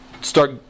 start